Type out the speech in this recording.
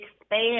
expand